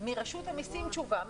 מרשות המסים תשובה?